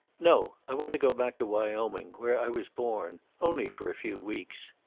no. i want to go back to wyoming. where i was born. only for a few weeks.